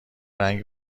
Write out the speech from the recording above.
رنگ